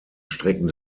strecken